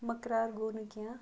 مٔکریار گوٚو نہٕ کینٛہہ